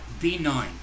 B9